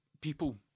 people